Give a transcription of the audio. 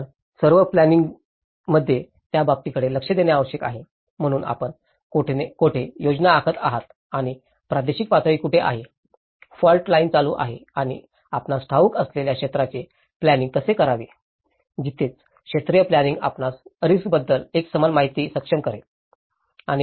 तर सर्व प्लॅनिंइंगात त्या बाबीकडे लक्ष देणे आवश्यक आहे म्हणून आपण कोठे योजना आखत आहात आणि प्रादेशिक पातळी कुठे आहे फॉल्ट लाइन चालू आहे आणि आपल्यास ठाऊक असलेल्या क्षेत्राचे प्लॅनिंइंग कसे करावे तिथेच क्षेत्रीय प्लॅनिंइंग आपणास रिस्कबद्दल एकसमान माहिती सक्षम करेल